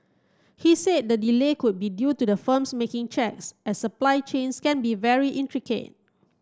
he said the delay could be due to the firms making checks as supply chains can be very intricate